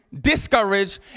discouraged